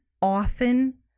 often